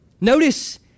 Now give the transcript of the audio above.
Notice